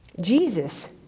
Jesus